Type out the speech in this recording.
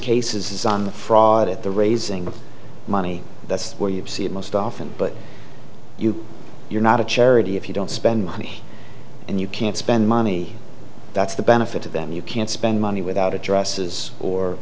cases is on the fraud at the raising the money that's where you see it most often but you you're not a charity if you don't spend money and you can't spend money that's the benefit of them you can't spend money without addresses or